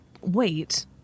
wait